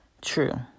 true